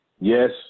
Yes